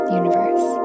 universe